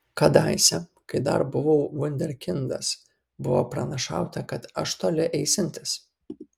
kadaise kai dar buvau vunderkindas buvo pranašauta kad aš toli eisiantis